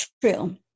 true